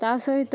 ତା'ସହିତ